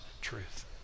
truth